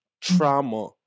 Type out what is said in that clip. trauma